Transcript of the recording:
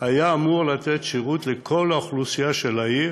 היה אמור לתת שירות לכל האוכלוסייה של העיר,